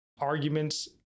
arguments